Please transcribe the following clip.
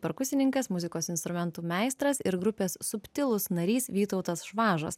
perkusininkas muzikos instrumentų meistras ir grupės subtilūs narys vytautas švažas